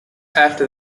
after